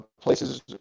places